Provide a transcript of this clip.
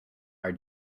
are